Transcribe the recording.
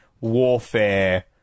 warfare